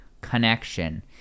connection